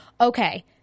Okay